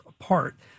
apart